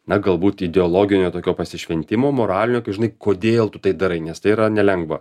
na galbūt ideologinio tokio pasišventimo moralinio kai žinai kodėl tu tai darai nes tai yra nelengva